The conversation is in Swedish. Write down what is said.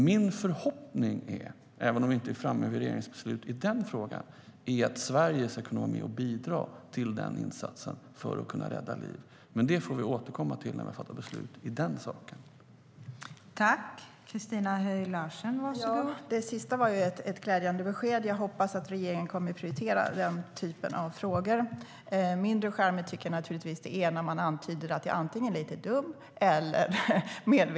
Min förhoppning är, även om vi inte är framme vid regeringsbeslut i den frågan, att Sverige ska vara med och bidra till den insatsen för att kunna rädda liv. Men det får vi återkomma till när vi har fattat beslut om den saken.